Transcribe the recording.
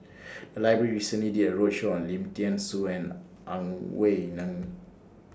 The Library recently did A roadshow on Lim Thean Soo and Ang Wei Neng